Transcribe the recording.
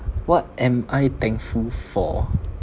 what am I thankful for